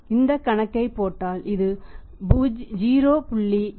இந்த கணக்கை போட்டால் இது 0